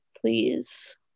please